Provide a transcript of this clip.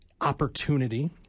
opportunity